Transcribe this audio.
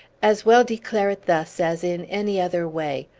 as well declare it thus as in any other way.